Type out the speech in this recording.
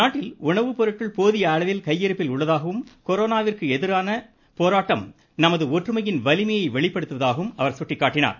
நாட்டில் உணவுப்பொருட்கள் போதிய அளவில் கையிப்பில் உள்ளதாகவும் கொரானாவிற்கு எதிரான போராட்டம் நமது ஒற்றுமையின் வலிமைய வெளிப்படுத்துவதாகவும் சுட்டிக்காட்டினார்